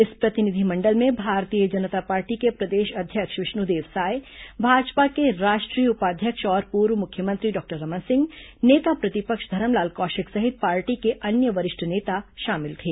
इस प्रतिनिधिमंडल में भारतीय जनता पार्टी के प्रदेश अध्यक्ष विष्णुदेव साय भाजपा के राष्ट्रीय उपाध्यक्ष और पूर्व मुख्यमंत्री डॉक्टर रमन सिंह नेता प्रतिपक्ष धरमलाल कौशिक सहित पार्टी के अन्य वरिष्ठ नेता शामिल थे